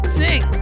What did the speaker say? sing